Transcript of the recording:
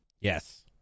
Yes